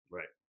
Right